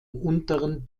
unteren